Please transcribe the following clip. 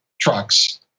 trucks